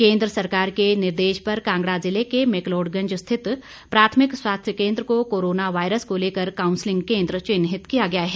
केन्द्र सरकार के निर्देश पर कांगड़ा जिले के मैकलोड़गंज स्थित प्राथमिक स्वास्थ्य केन्द्र को करोना वायरस को लेकर काउंसलिंग केन्द्र चिन्हित किया गया है